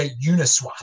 Uniswap